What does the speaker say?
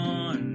on